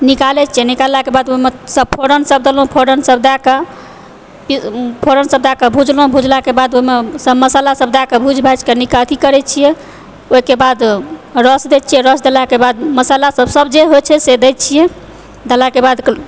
निकालै छियै निकालला के बाद ओहिमे सब फोरन सब देलहुॅं फोरन सब दयऽ कऽ फोरन सब दय कऽ भुजलोंहुॅं भुजला के बाद ओहि मे सब मस्सला सब दय कऽ भुजि भाजी के अथि करै छियै ओहि केऽ बाद रस दै छियै रस देलाके बाद मसाला सब जे होइ छै से देछिए देलाके बाद